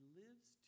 lives